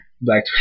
Black